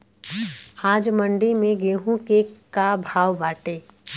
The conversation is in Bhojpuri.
आज मंडी में गेहूँ के का भाव बाटे?